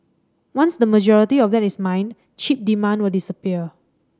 once the majority of that is mined chip demand will disappear